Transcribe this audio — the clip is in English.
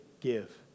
give